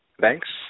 Thanks